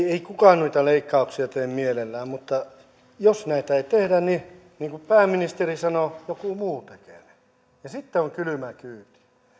ei kukaan leikkauksia tee mielellään mutta jos niitä ei tehdä niin niin kuin pääministeri sanoi niin joku muu tekee ne ja sitten on kylmää kyytiä